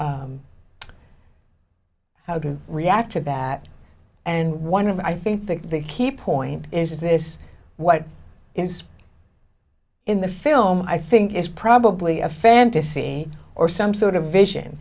how to react to that and one of i think the key point is this what is in the film i think is probably a fantasy or some sort of vision